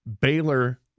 Baylor